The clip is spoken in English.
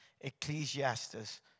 Ecclesiastes